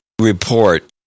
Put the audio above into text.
report